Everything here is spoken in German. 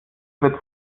wird